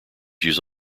use